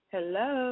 Hello